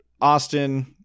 Austin